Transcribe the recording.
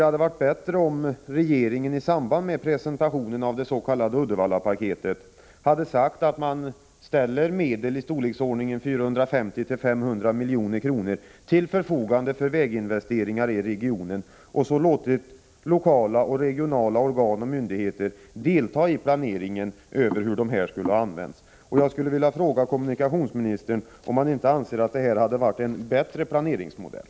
Det hade varit bättre om regeringen i samband med presentationen av det s.k. Uddevallapaketet hade sagt att man ställer medel i storleksordningen 450-500 milj.kr. till förfogande för väginvesteringar i regionen, och så låtit lokala och regionala organ och myndigheter delta i planeringen av hur dessa medel skulle användas. Jag vill fråga kommunikationsministern om han inte anser att detta hade varit en bättre planeringsmodell.